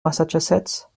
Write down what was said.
massachusetts